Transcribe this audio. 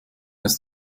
ist